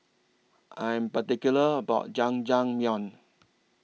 I Am particular about Jajangmyeon